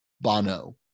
Bono